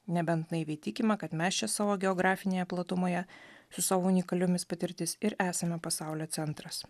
nebent naiviai tikima kad mes čia savo geografinėje platumoje su savo unikaliomis patirtis ir esame pasaulio centras